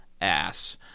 ass